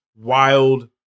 wild